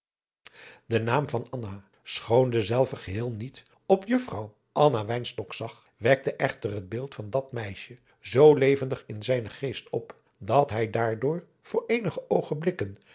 de naam anna schoon dezelve geheel niet op juffrouw anna wynstok zag wekte echter het beeld van dat meisje zoo levendig in zijnen geest op dat bij daardoor voor eenige oogenblikken